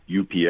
UPS